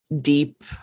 deep